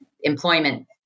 employment